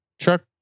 truck